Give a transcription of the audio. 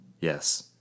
Yes